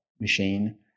machine